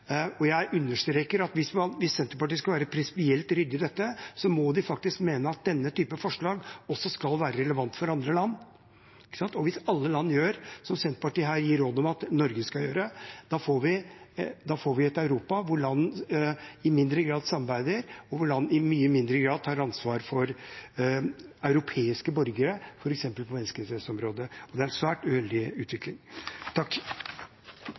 Jeg understreker at hvis Senterpartiet skal være prinsipielt ryddig i dette, må de faktisk mene at denne typen forslag også skal være relevant for andre land. Hvis alle land gjør som Senterpartiet her gir råd om at Norge skal gjøre, får vi et Europa der land i mindre grad samarbeider, og i mye mindre grad tar ansvar for europeiske borgere, f.eks. på menneskerettighetsområdet, og det er en svært uheldig utvikling.